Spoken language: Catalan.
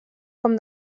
com